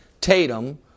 Tatum